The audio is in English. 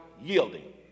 yielding